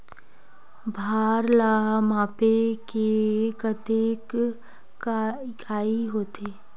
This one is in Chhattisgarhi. भार ला मापे के कतेक इकाई होथे?